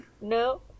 No